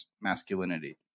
masculinity